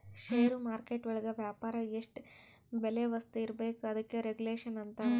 ಷೇರು market ಒಳಗ ವ್ಯಾಪಾರ ಎಷ್ಟ್ ಬೆಲೆ ವಸ್ತು ಇರ್ಬೇಕು ಅದಕ್ಕೆ ರೆಗುಲೇಷನ್ ಅಂತರ